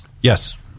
Yes